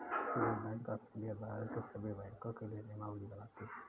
reserve bank of India Bharat के सभी बैंकों के लिए नियमावली बनाती है